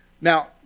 Now